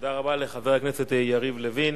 תודה רבה לחבר הכנסת יריב לוין.